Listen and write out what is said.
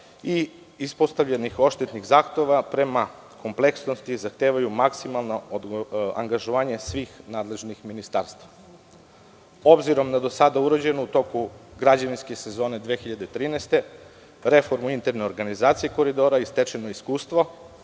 i ispostavljenih odštetnih zahteva prema kompleksnosti zahtevaju maksimalno angažovanje svih nadležnih ministarstava. Obzirom na do sada urađeno, u toku građevinske sezone 2013. godine, reformu interne organizacije „Koridora“ i stečeno iskustvo,